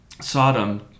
Sodom